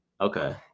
okay